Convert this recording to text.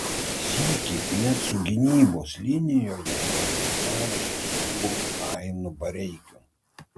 sykį net su gynybos linijoje rungtyniavusiu saugu ainu bareikiu